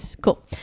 Cool